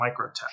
microtech